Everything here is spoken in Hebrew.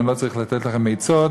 ואני לא צריך לתת לכם עצות,